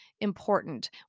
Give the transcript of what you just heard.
important